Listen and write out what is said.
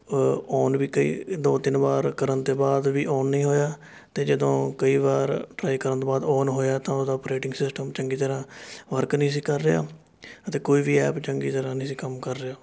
on ਵੀ ਕਈ ਦੋ ਤਿੰਨ ਵਾਰ ਕਰਨ ਤੋਂ ਬਾਅਦ ਵੀ ਔਨ ਨਹੀਂ ਹੋਇਆ ਅਤੇ ਜਦੋਂ ਕਈ ਵਾਰ ਟਰਾਈ ਕਰਨ ਤੋਂ ਬਾਅਦ ਔਨ ਹੋਇਆ ਤਾਂ ਉਹਦਾ ਔਪਰੇਟਿੰਗ ਸਿਸਟਮ ਚੰਗੀ ਤਰ੍ਹਾਂ ਵਰਕ ਨਹੀਂ ਸੀ ਕਰ ਰਿਹਾ ਅਤੇ ਕੋਈ ਵੀ ਐਪ ਚੰਗੀ ਤਰ੍ਹਾਂ ਨਹੀਂ ਸੀ ਕੰਮ ਕਰ ਰਿਹਾ